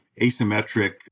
asymmetric